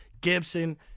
Gibson